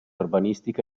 urbanistica